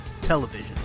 television